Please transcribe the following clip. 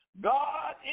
God